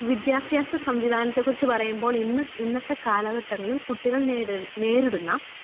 വിദ്യാഭ്യാസ സംവിധാനത്തെ കുറിച്ച് പറയുമ്പോൾ ഇന്ന് ഇന്നത്തെ കാലഘട്ടങ്ങളില് കുട്ടികള് നേരിടുന്ന